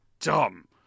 dumb